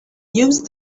used